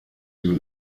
you